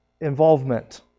involvement